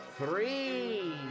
Three